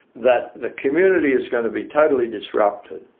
that the community is going to be totally disrupted,